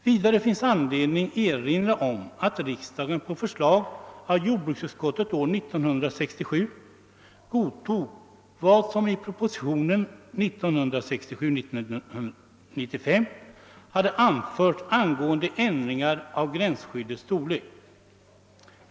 Vidare finns anledning att erinra om att riksdagen på förslag av jordbruksutskottet år 1967 godtog vad som i propositionen 1967:95 hade anförts angående ändringar av gränsskyddets storlek.